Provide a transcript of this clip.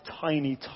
tiny